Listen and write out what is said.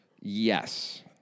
Yes